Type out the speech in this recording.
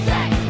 Sex